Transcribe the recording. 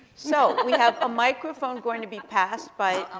so we have a microphone going to be passed by